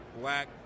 black